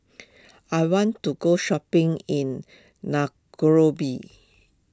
I want to go shopping in